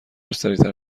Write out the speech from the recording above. سریعتر